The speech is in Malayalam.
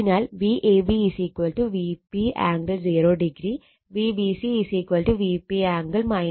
അതിനാൽ Vab Vp angle 0o Vbc Vp angle 120o